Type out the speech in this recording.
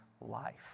life